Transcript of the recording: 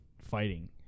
fighting